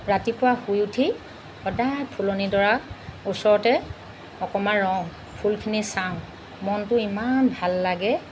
ৰাতিপুৱা শুই উঠি সদায় ফুলনিডৰাৰ ওচৰতে অকণমান ৰওঁ ফুলখিনি চাওঁ মনটো ইমান ভাল লাগে